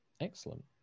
excellent